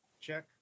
Check